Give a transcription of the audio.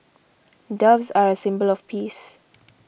doves are a symbol of peace